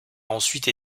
ensuite